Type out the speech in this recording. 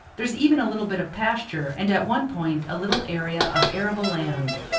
there is even a little bit of pasture, and at one point a little area of arable land.